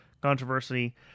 controversy